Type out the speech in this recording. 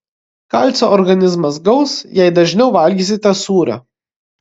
kalcio organizmas gaus jei dažniau valgysite sūrio